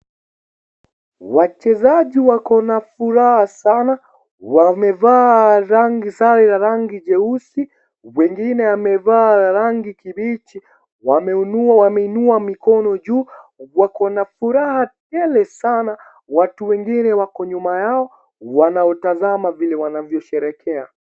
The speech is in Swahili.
Wachezaji wako na furaha sana, wamevaa sare za rangi jeusi, mwingine amevaa rangi kijani kibichi, wameinua mikono juu. Wako na furaha tele sana. Watu wengine wako nyuma yao wanaotazama venye wanasherehekea.